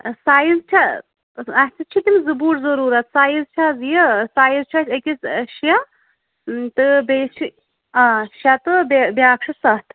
size چھا اَسہِ چِھ تِم زٕ بوٗٹ ضروٗرت سایِز چھِ حظ یہِ سایز چِھ اَسہِ أکِس شےٚ تہٕ بیٚیِس چھِ آ شےٚ تہٕ بیا بیاکھ چھُ ستھ